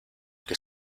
que